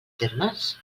termes